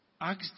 asked